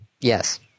Yes